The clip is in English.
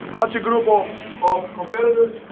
such a group of of competitors,